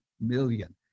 million